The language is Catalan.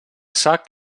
sac